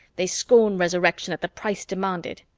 they scorn resurrection at the price demanded.